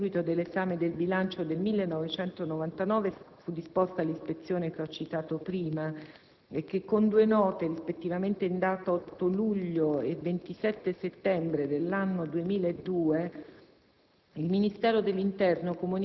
Devo comunque ribadire che, a seguito dell'esame del bilancio del 1999, fu disposta l'ispezione che ho citato prima, e che con due note, rispettivamente in data 8 luglio e 27 settembre dell'anno 2002,